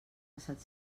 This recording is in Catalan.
passat